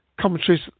commentaries